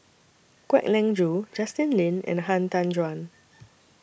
Kwek Leng Joo Justin Lean and Han Tan Juan